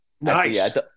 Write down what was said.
Nice